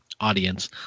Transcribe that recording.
audience